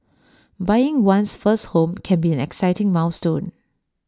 buying one's first home can be an exciting milestone